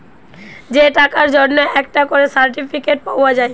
যে টাকার জন্যে একটা করে সার্টিফিকেট পাওয়া যায়